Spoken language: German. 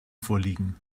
vorliegen